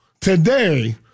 Today